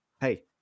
hey